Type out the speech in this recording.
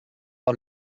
par